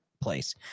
place